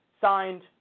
signed